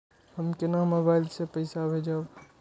हम केना मोबाइल से पैसा भेजब?